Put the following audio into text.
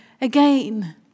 again